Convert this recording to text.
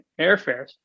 airfares